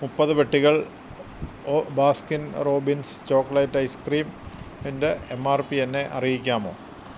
മുപ്പത് പെട്ടികൾ Baskin Robbins chocolate ഐസ്ക്രീംഇന്റെ എം ആർ പി എന്നെ അറിയിക്കാമോ